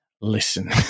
listen